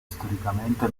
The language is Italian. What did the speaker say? storicamente